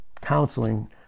counseling